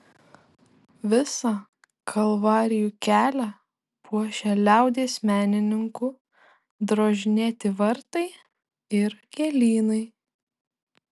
visą kalvarijų kelią puošia liaudies menininkų drožinėti vartai ir gėlynai